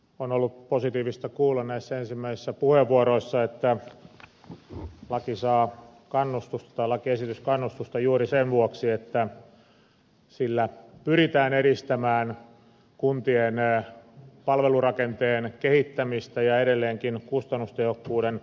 on ollut positiivista kuulla näissä ensimmäisissä puheenvuoroissa että lakiesitys saa kannustusta juuri sen vuoksi että sillä pyritään edistämään kuntien palvelurakenteen kehittämistä ja edelleenkin kustannustehokkuuden nostamista